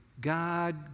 God